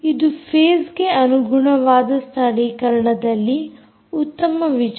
ಇದು ಫೇಸ್ಗೆ ಅನುಗುಣವಾದ ಸ್ಥಳೀಕರಣದಲ್ಲಿ ಉತ್ತಮ ವಿಚಾರ